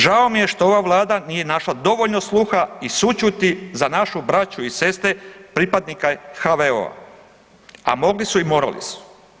Žao mi je što ova Vlada nije našla dovoljno sluha i sućuti za našu braću i sestre pripadnike HVO-a a mogli su i morali su.